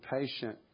patient